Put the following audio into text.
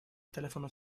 telefono